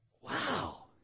Wow